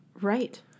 right